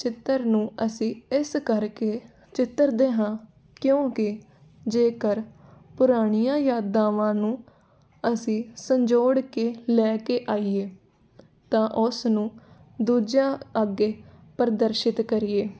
ਚਿੱਤਰ ਨੂੰ ਅਸੀਂ ਇਸ ਕਰਕੇ ਚਿੱਤਰਦੇ ਹਾਂ ਕਿਉਂਕਿ ਜੇਕਰ ਪੁਰਾਣੀਆਂ ਯਾਦਾਵਾਂ ਨੂੰ ਅਸੀਂ ਸੰਜੋੜ ਕੇ ਲੈ ਕੇ ਆਈਏ ਤਾਂ ਉਸ ਨੂੰ ਦੂਜਿਆਂ ਅੱਗੇ ਪ੍ਰਦਰਸ਼ਿਤ ਕਰੀਏ